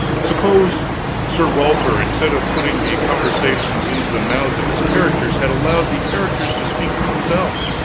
suppose sir walter, instead of putting the conversations into the mouths of his characters, had allowed the characters to speak for themselves?